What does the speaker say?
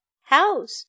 house